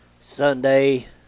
Sunday